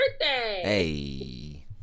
Hey